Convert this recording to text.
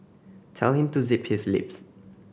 tell him to zip his lips